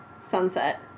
sunset